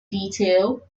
detail